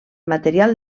material